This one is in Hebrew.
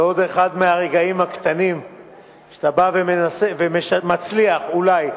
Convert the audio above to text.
זה עוד אחד מהרגעים הקטנים שאתה בא ומצליח, אולי,